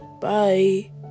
bye